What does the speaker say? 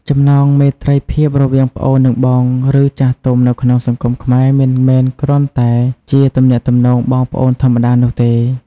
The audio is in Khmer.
ចំណងមេត្រីភាពរវាងប្អូន និងបង ឬចាស់ទុំ នៅក្នុងសង្គមខ្មែរ មិនមែនគ្រាន់តែជាទំនាក់ទំនងបងប្អូនធម្មតានោះទេ។